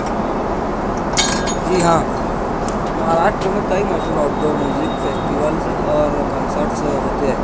جی ہاں مہاراشٹر میں کئی مشہور آؤٹ ڈور میوزک فیسٹیولس اور کنسرٹس ہوتے ہیں